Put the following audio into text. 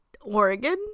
Oregon